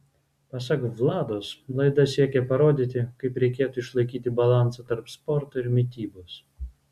pasak vlados laida siekia parodyti kaip reikėtų išlaikyti balansą tarp sporto ir mitybos